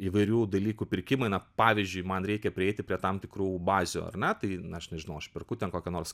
įvairių dalykų pirkimai na pavyzdžiui man reikia prieiti prie tam tikrų bazių ar ne tai aš nežinau aš perku ten kokią nors